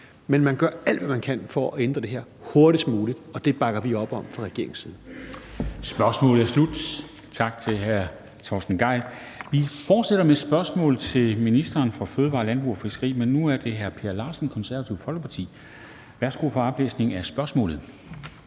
men man gør alt, hvad man kan, for at ændre det her hurtigst muligt, og det bakker vi fra regeringens